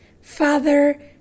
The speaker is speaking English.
father